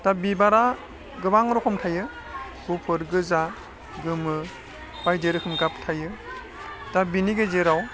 दा बिबारा गोबां रखम थायो गुफुर गोजा गोमो बायदि रोखोम गाब थायो दा बिनि गेजेराव